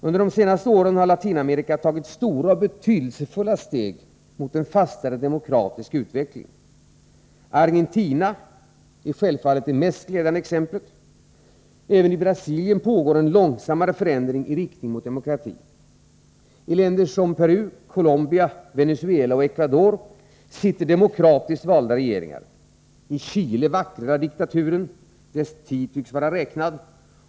Under de senaste åren har Latinamerika tagit stora och betydelsefulla steg mot en fastare demokratisk utveckling. Argentina är självfallet det mest glädjande exemplet. Även i Brasilien pågår en långsammare förändring i riktning mot demokrati. I länder som Peru, Colombia, Venezuela och Equador sitter demokratiskt valda regeringar. I Chile vacklar diktaturen — dess tid tycks vara utmätt.